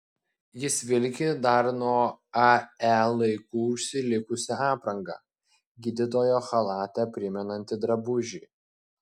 jis vilki dar nuo ae laikų užsilikusią aprangą gydytojo chalatą primenantį drabužį